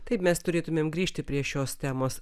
taip mes turėtumėm grįžti prie šios temos